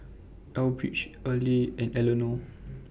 Elbridge Earley and Elenor